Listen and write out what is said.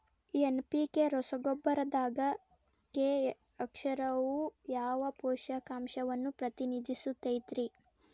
NPK ರಸಗೊಬ್ಬರದಾಗ K ಅಕ್ಷರವು ಯಾವ ಪೋಷಕಾಂಶವನ್ನ ಪ್ರತಿನಿಧಿಸುತೈತ್ರಿ?